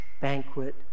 banquet